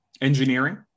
engineering